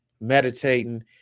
meditating